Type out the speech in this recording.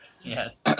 Yes